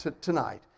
tonight